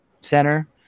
center